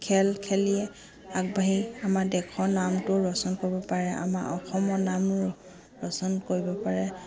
খেল খেলি আগবাঢ়ি আমাৰ দেশৰ নামটো ৰৌচন কৰিব পাৰে আমাৰ অসমৰ নামো ৰৌচন কৰিব পাৰে